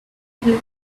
into